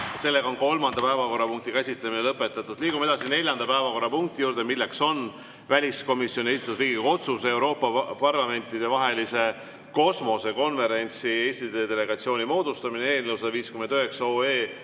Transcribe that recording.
võetud. Kolmanda päevakorrapunkti käsitlemine on lõpetatud. Liigume edasi neljanda päevakorrapunkti juurde. See on väliskomisjoni esitatud Riigikogu otsuse "Euroopa Parlamentidevahelise Kosmosekonverentsi Eesti delegatsiooni moodustamine" eelnõu 159